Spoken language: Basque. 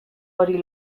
hori